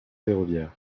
ferroviaire